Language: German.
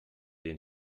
den